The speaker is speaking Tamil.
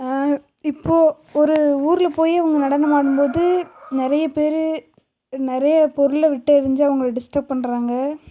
இப்போது ஒரு ஊரில் போய் அவங்க நடனம் ஆடும் போது நிறைய பேர் நிறைய பொருளை விட்டெறிஞ்சு அவங்கள டிஸ்டர்ப் பண்ணுறாங்க